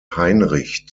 heinrich